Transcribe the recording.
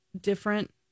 different